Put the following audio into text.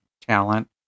talent